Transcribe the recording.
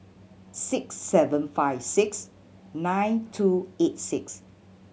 six seven five six nine two eight six